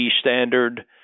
standard